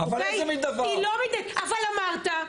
אמרת,